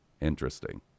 interesting